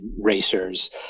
racers